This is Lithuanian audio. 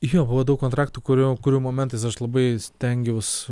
jo buvo daug kontraktų kurio kurių momentais aš labai stengiaus